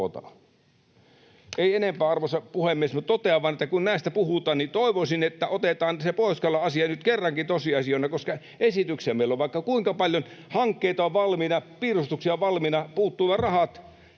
Ei enempää, arvoisa puhemies, mutta totean vain, että kun näistä puhutaan, toivoisin, että otetaan se Pohjois-Karjalan asia nyt kerrankin tosiasiana, koska esityksiä meillä on vaikka kuinka paljon. Hankkeita on valmiina, piirustuksia on valmiina, puuttuvat vain rahat.